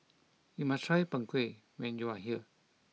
you must try Png Kueh when you are here